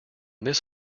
this